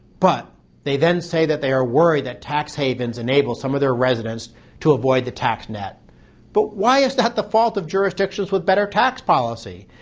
but they then say that they are worried that tax havens enable some of their residents to avoid the tax net but why is that the fault of jurisdictions with better tax policy?